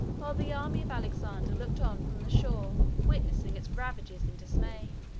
while the army of alexander looked on from the shore witnessing its ravages in dismay.